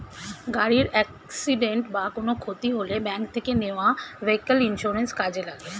গাড়ির অ্যাকসিডেন্ট বা কোনো ক্ষতি হলে ব্যাংক থেকে নেওয়া ভেহিক্যাল ইন্সুরেন্স কাজে লাগে